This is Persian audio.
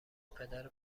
پدر